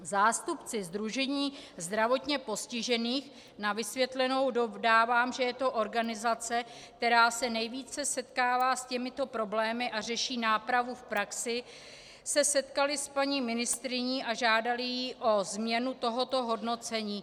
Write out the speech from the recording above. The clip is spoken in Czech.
Zástupci Sdružení zdravotně postižených na vysvětlenou dodávám, že je to organizace, která se nejvíce setkává s těmito problémy a řeší nápravu v praxi se setkali s paní ministryní a žádali ji o změnu tohoto hodnocení.